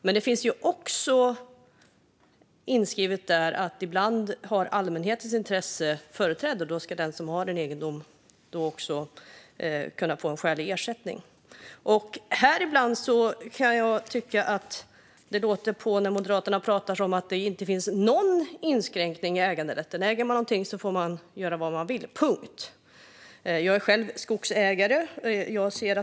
Men det finns också inskrivet där att allmänhetens intresse ibland har företräde. Då ska den som har en egendom också kunna få skälig ersättning. Ibland när Moderaterna pratar tycker jag att det kan låta som att det inte finns någon inskränkning i äganderätten. Äger man något får man göra vad man vill med det. Jag är själv skogsägare.